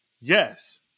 yes